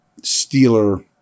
Steeler